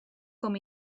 com